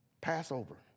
Passover